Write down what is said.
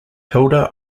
hilda